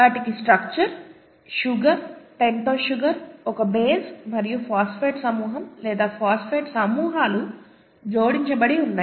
వాటికి structure sugar pentose sugar ఒక base మరియు ఫాస్ఫేట్ సమూహం లేదా ఫాస్ఫేట్ సమూహాలు జోడించబడి ఉన్నాయి